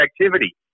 activity